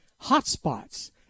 hotspots